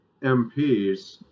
MPs